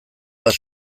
bat